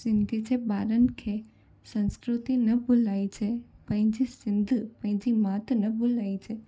सिंधी जे ॿारनि खे संस्कृति न भुलाइजे पंहिंजी सिंध पंहिंजी मात न भुलाइजे